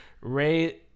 Ray